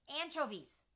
Anchovies